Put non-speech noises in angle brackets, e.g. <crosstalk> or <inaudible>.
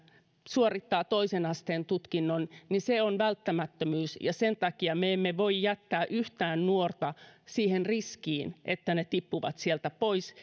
suorittaa toisen asteen tutkinnon on välttämättömyys ja sen takia me emme voi jättää yhtään nuorta siihen riskiin että he tippuvat sieltä pois <unintelligible>